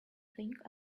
think